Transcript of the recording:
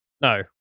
no